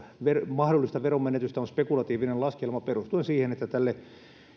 mahdollista veronmenetystä on spekulatiivinen laskelma perustuen siihen että tälle